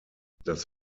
das